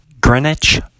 Greenwich